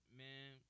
man